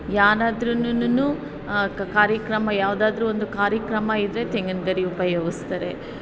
ಏನಾದ್ರೂನುನು ಕಾರ್ಯಕ್ರಮ ಯಾವುದಾದ್ರೂ ಒಂದು ಕಾರ್ಯಕ್ರಮವಿದ್ರೆ ತೆಂಗಿನ ಗರಿ ಉಪಯೋಗಿಸ್ತಾರೆ